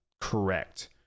correct